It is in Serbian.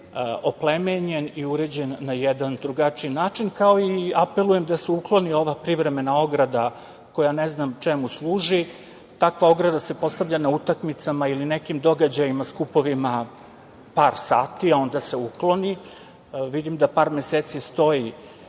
oplemenjen i uređen na jedan drugačiji način. Apelujem i da se ukloni ova privremena ograda, koja ne znam čemu služi. Takva ograda se postavlja na utakmicama ili nekim događajima, skupovima, par sati, a onda se ukloni. Vidim da par meseci stoji